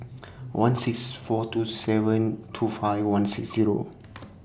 one six four two seven two five one six Zero